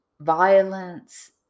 violence